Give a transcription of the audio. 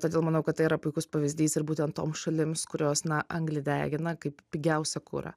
todėl manau kad tai yra puikus pavyzdys ir būtent toms šalims kurios na anglį degina kaip pigiausią kurą